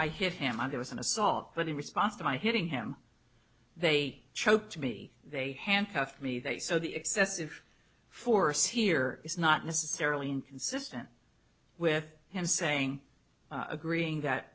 i hit him on there was an assault but in response to my hitting him they choked me they handcuffed me they so the excessive force here is not necessarily inconsistent with him saying agreeing that